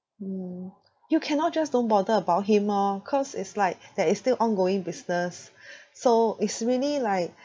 mm you cannot just don't bother about him orh cause it's like there is still ongoing business so it's really like